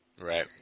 Right